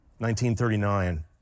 1939